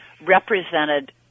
represented